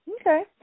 Okay